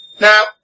Now